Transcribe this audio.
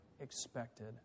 expected